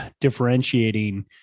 differentiating